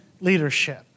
leadership